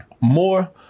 more